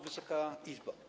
Wysoka Izbo!